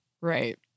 Right